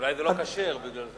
אולי זה לא כשר, בגלל זה.